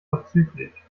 vorzüglich